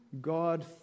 God